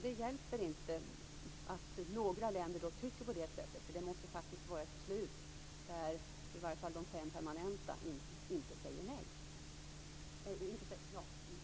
Det hjälper inte att några länder är av samma mening. Det måste fattas ett beslut som de fem permanenta länderna inte säger nej till.